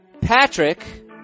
Patrick